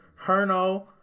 herno